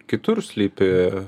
kitur slypi